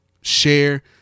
share